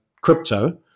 crypto